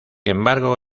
embargo